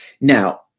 Now